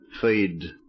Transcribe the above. feed